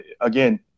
again